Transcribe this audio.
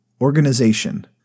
Organization